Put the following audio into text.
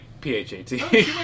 P-H-A-T